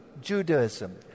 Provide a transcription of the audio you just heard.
Judaism